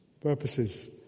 purposes